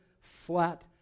flat